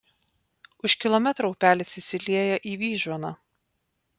už kilometro upelis įsilieja į vyžuoną